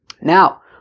Now